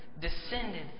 descended